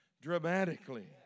dramatically